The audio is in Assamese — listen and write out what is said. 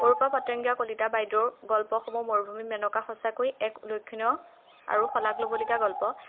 অৰুপা পাত্যংগীয়া কলিতা বাইদেউৰ গল্পসমূহ মৰুভূমি মেনকা সঁচাকৈ এক উল্লেখণীয় আৰু শলাগ ল'বলগীয়া গল্প